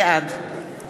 בעד